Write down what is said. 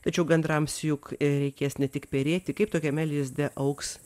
tačiau gandrams juk reikės ne tik perėti kaip tokiame lizde augs